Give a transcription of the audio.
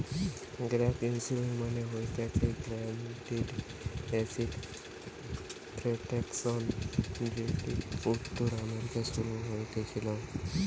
gap insurance মানে হতিছে guaranteed asset protection যেটি উত্তর আমেরিকায় শুরু হতেছিলো